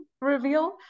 reveal